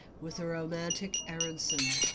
with the romantic aaronson.